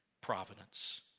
providence